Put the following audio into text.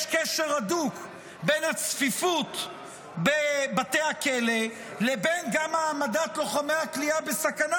יש קשר הדוק בין הצפיפות בבתי הכלא לבין העמדת לוחמי הכליאה בסכנה.